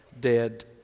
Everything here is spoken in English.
dead